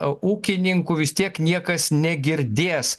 ūkininkų vis tiek niekas negirdės